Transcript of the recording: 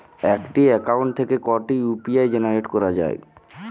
একটি অ্যাকাউন্ট থেকে কটি ইউ.পি.আই জেনারেট করা যায়?